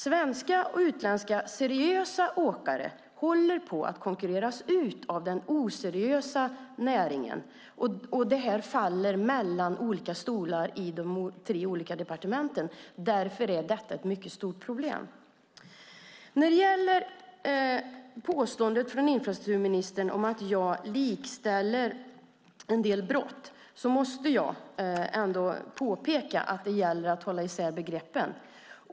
Svenska och utländska seriösa åkare håller på att konkurreras ut av den oseriösa näringen. Detta faller mellan olika stolar i de tre departementen. Därför är detta ett mycket stort problem. När det gäller påståendet från infrastrukturministern om att jag likställer en del brott måste jag ändå påpeka att det gäller att hålla isär begreppen.